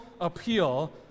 appeal